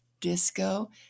disco